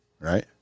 right